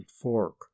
fork